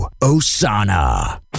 Osana